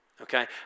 Okay